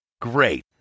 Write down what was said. Great